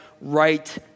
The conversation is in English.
right